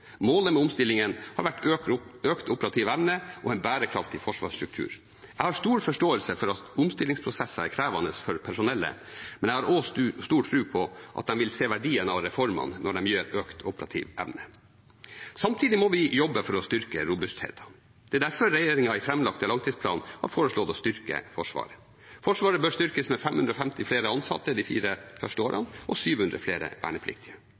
Målet med omstillingen har vært økt operativ evne og en bærekraftig forsvarsstruktur. Jeg har stor forståelse for at omstillingsprosesser er krevende for personellet, men jeg har også stor tro på at de vil se verdien av reformene når de gir økt operativ evne. Samtidig må vi jobbe for å styrke robustheten. Det er derfor regjeringen i den framlagte langtidsplanen har foreslått å styrke Forsvaret. Forsvaret bør styrkes med 550 flere ansatte de fire første årene, og 700 flere vernepliktige.